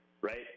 right